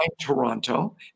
Toronto